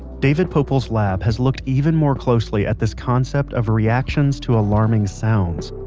david poeppel's lab has looked even more closely at this concept of reactions to alarming sounds.